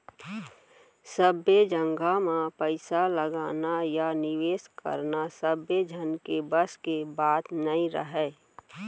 सब्बे जघा म पइसा लगाना या निवेस करना सबे झन के बस के बात नइ राहय